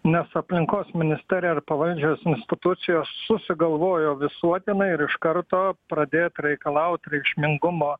nes aplinkos ministerija ir pavaldžios institucijos susigalvojo visuotinai ir iš karto pradėt reikalaut reikšmingumo